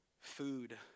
food